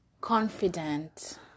Confident